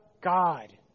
God